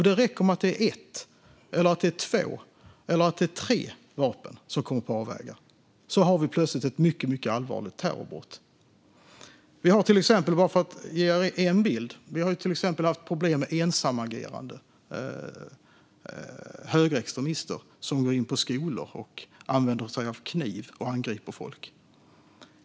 Det räcker att ett, två eller tre vapen kommer på avvägar för att vi ska få mycket allvarliga terrorbrott. Låt mig ge ett exempel. Vi har haft problem med ensamagerande högerextremister som gått in på skolor och angriper folk med kniv.